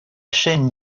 chaîne